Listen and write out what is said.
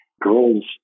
Girls